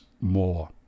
more